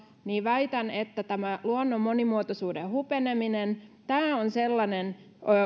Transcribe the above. niin väitän että tämä luonnon monimuotoisuuden hupeneminen on sellainen